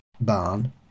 barn